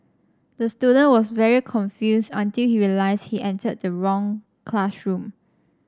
the student was very confused until he realised he entered the wrong classroom